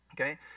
Okay